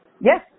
Yes